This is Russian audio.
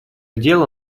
дело